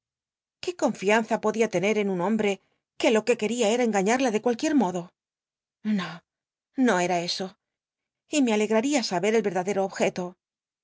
qué confianza podia lencr en un hombre que lo que qucria era engañarla de cualc uicr modo no no era eso y me alcgrnria saber el erdadero objeto